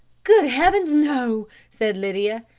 good heavens, no! said lydia.